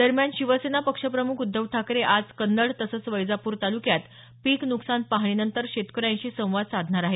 दरम्यान शिवसेना पक्षप्रमुख उद्धव ठाकरे आज कन्नड तसंच वैजापूर तालुक्यात पीक न्कसान पाहणीनंतर शेतकऱ्यांशी संवाद साधणार आहेत